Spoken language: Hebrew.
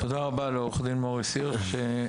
תודה רבה לעורך דין מוריס הירש.